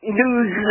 news